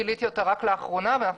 אני גיליתי אותה רק לאחרונה ואנחנו